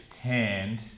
hand